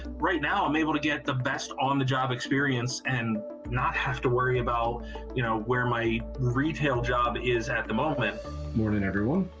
right now, i'm able to get the best on the job experience and not have to worry about you know where my retail job is at the moment. good morning everyone.